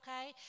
okay